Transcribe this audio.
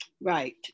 Right